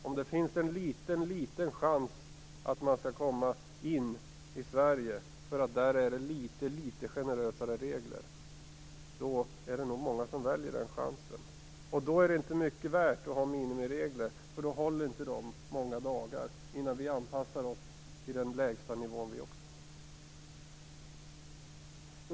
Om det finns en liten, liten chans att man skall komma in i Sverige därför att det där är litet generösare regler, är det nog många som tar den chansen. Då är det inte mycket värt att ha minimiregler. Då håller de inte många dagar innan vi anpassar oss till den lägsta nivån vi också.